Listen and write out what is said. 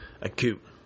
acute